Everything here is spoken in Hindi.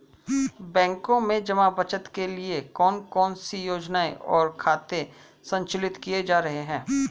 बैंकों में जमा बचत के लिए कौन कौन सी योजनाएं और खाते संचालित किए जा रहे हैं?